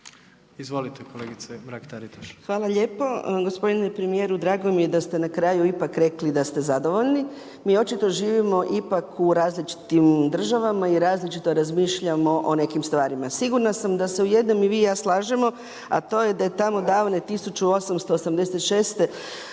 Anka (GLAS)** Hvala lijepa. Gospodine premijeru drago mi je da ste na kraju ipak rekli da ste zadovoljni, mi očito živimo ipak u različitim državama i različito razmišljamo o nekim stvarima. Sigurna sam da se u jednom vi i ja slažemo, a to je tamo davne 1886.